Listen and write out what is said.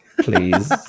please